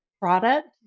product